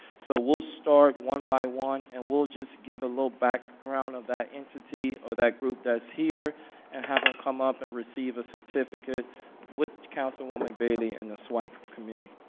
so we'll start one by one, and we'll just give a little background of that entity or that group that's here and have them come up and receive a certificate with councilwoman bailey and the swac meeting.